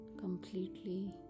completely